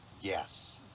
Yes